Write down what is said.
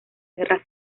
guerra